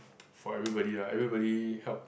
for everybody lah everybody help